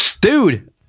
Dude